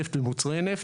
בנפט ובמוצרי נפט,